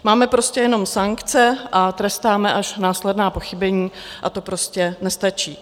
Máme prostě jenom sankce a trestáme až následná pochybení a to prostě nestačí.